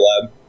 lab